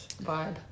vibe